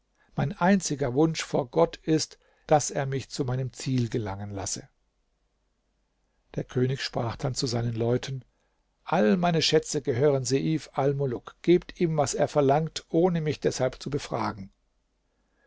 mein einziger wunsch vor gott ist daß er mich zu meinem ziel gelangen lasse der könig sprach dann zu seinen leuten alle meine schätze gehören seif almuluk gebt ihm was er verlangt ohne mich deshalb zu befragen